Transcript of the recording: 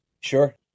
Sure